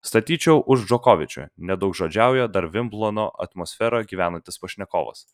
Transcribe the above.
statyčiau už džokovičių nedaugžodžiauja dar vimbldono atmosfera gyvenantis pašnekovas